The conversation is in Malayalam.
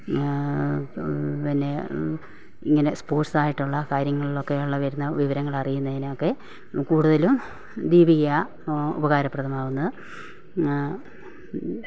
പിന്നെ ഇങ്ങനെ സ്പോർട്ട്സ് ആയിട്ടുള്ള കാര്യങ്ങളിലൊക്കെ ഉള്ള വരുന്ന വിവരങ്ങൾ അറിയുന്നതിനൊക്കെ കൂടുതലും ദീപികയാ ഉപകാരപ്രദമാകുന്നത്